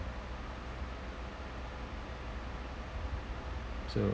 so